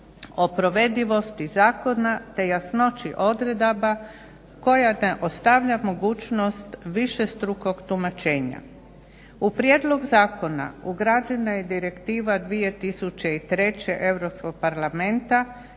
o provedivosti zakona te jasnoći odredaba koja ne ostavlja mogućnost višestrukog tumačenja. U prijedlog zakona ugrađena je Direktiva 2003. Europskog parlamenta